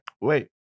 Wait